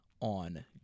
on